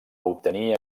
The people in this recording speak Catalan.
obtenir